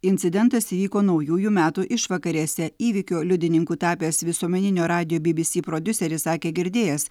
incidentas įvyko naujųjų metų išvakarėse įvykio liudininku tapęs visuomeninio radijo bbc prodiuseris sakė girdėjęs